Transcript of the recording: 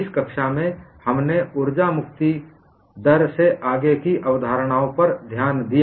इस कक्षा में हमने ऊर्जा मुक्ति दर में आगे की अवधारणाओं पर ध्यान दिया